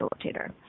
facilitator